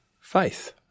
Faith